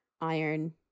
Iron